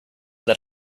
that